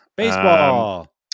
Baseball